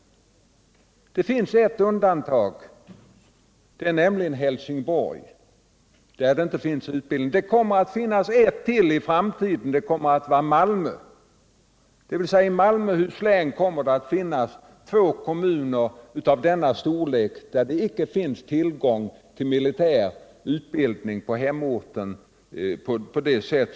Det finns ett undantag, och det är Helsingborg. I framtiden kommer det att finnas ytterligare ett undantag, nämligen Malmö. Det betyder att i Malmöhus län kommer att finnas två kommuner av denna storlek utan tillgång till militär utbildning på hemorten.